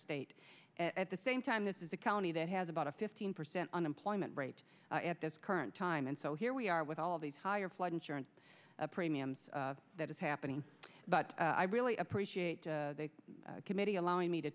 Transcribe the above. state at the same time this is a county that has about a fifteen percent unemployment rate at this current time and so here we are with all these higher flood insurance premiums that is happening but i really appreciate the committee allowing me to